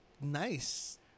nice